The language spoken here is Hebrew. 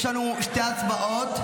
יש לנו שתי הצבעות,